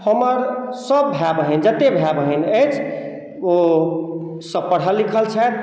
हमर सभ भाय बहिन जतेक भाय बहिन अछि ओ सभ पढ़ल लिखल छथि